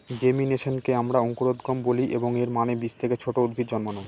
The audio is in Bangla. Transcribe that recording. জেমিনেশনকে আমরা অঙ্কুরোদ্গম বলি, এবং এর মানে বীজ থেকে ছোট উদ্ভিদ জন্মানো